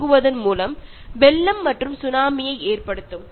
ആഗോളതാപനത്തിലൂടെ മഞ്ഞ്മലകൾ ഉരുകുകയും അത് സുനാമിക്ക് കാരണമാവുകയും ചെയ്യുന്നു